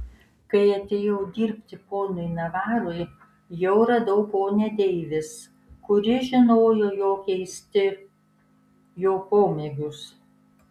kai atėjau dirbti ponui navarui jau radau ponią deivis kuri žinojo jo keisti jo pomėgius